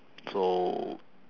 so